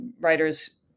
writers